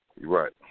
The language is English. right